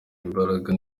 imbaraga